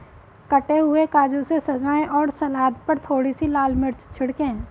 कटे हुए काजू से सजाएं और सलाद पर थोड़ी सी लाल मिर्च छिड़कें